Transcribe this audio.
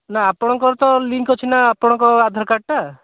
ନା ଆପଣଙ୍କର ତ ଲିଙ୍କ୍ ଅଛି ନା ଆପଣଙ୍କ ଆଧାର କାର୍ଡ଼ଟା